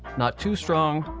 not too strong,